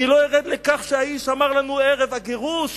אני לא ארד לכך שהאיש אמר לנו ערב הגירוש